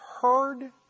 heard